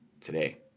today